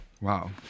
Wow